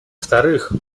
вторых